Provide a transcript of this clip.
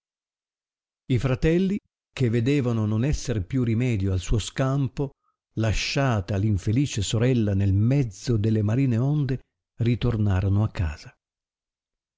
i fratelli che vedevano non esser più rimedio al suo scampo lasciata l infelice sorella nel mezzo delle marine onde ritornarono a casa